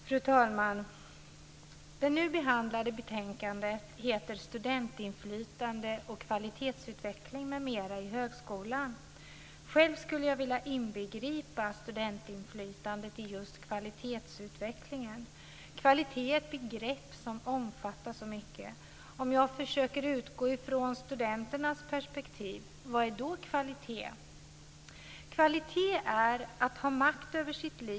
Fru talman! Det betänkande som vi nu behandlar heter Studentinflytande och kvalitetsutveckling m.m. i högskolan. Själv skulle jag vilja inbegripa studentinflytandet i just kvalitetsutvecklingen. Kvalitet är ett begrepp som omfattar väldigt mycket. Om jag försöker utgå från studenternas perspektiv, vad är då kvalitet? Kvalitet är att ha makt över sitt liv.